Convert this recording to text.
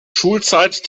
schulzeit